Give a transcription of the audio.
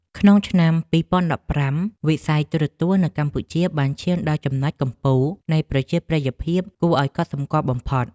ក្នុងឆ្នាំ ២០១៥ វិស័យទូរទស្សន៍នៅកម្ពុជាបានឈានដល់ចំណុចកំពូលនៃប្រជាប្រិយភាពគួរឱ្យកត់សម្គាល់បំផុត។